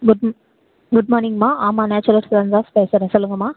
good good மார்னிங்ம்மா ஆமாம் நேச்சுரல்ஸிலேருந்துதான் பேசுகிறேன் சொல்லுங்கம்மா